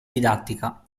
didattica